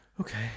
Okay